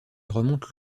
remontent